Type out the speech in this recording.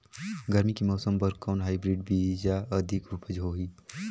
गरमी के मौसम बर कौन हाईब्रिड बीजा अधिक उपज होही?